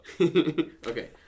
Okay